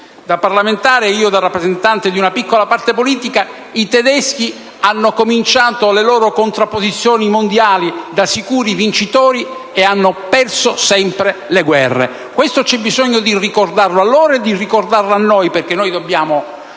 parlamentare e rappresentante di una piccola parte politica, che i tedeschi hanno cominciato le loro contrapposizioni mondiali da sicuri vincitori, e poi hanno perso sempre le guerre. Questo bisogna ricordarlo a loro e anche a noi, perché noi dobbiamo